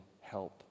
help